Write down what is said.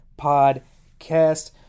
Podcast